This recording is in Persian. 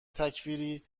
تکفیری